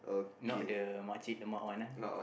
not the makcik lemak one ah